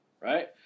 Right